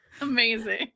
Amazing